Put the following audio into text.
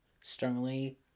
Strongly